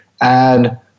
add